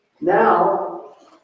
Now